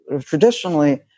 traditionally